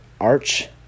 arch